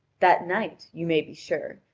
that night, you may be sure,